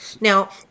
Now